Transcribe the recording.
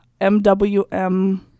MWM